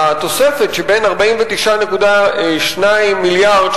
והתוספת שבין 49.2 מיליארד,